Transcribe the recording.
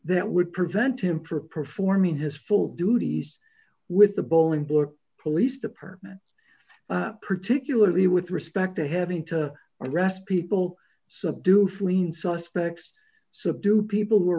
that would prevent him from performing his full duties with the bowl and board police departments particularly with respect to having to arrest people subdue philine suspects subdue people who are